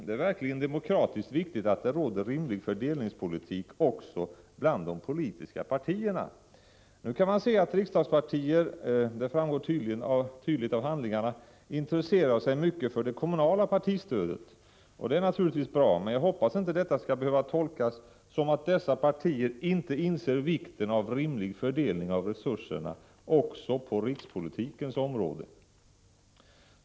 Det är verkligen demokratiskt viktigt att det råder en rimlig fördelning också bland de politiska partierna. Nu kan man säga — det framgår tydligt av handlingarna — att riksdagspartierna intresserar sig mycket för det kommunala partistödet. Det är naturligtvis bra, men jag hoppas att detta inte skall behöva tolkas så att dessa partier inte inser vikten av en rimlig fördelning av resurserna också på rikspolitikens område.